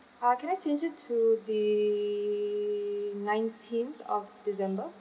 uh can I change it to the nineteenth of december